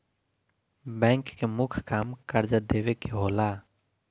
bank के मुख्य काम कर्जा देवे के होला